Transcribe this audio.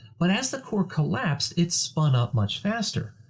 but as the core collapsed, it spun up much faster,